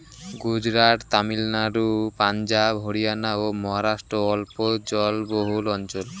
গুজরাট, তামিলনাড়ু, পাঞ্জাব, হরিয়ানা ও মহারাষ্ট্র অল্প জলবহুল অঞ্চল